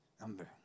number